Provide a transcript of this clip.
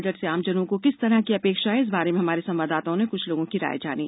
budget से आम जनों की किस तरह की अपेक्षायें हैं इस बारे में हमारे संवाददाता ने कृष्ठ लोगों की राय जानी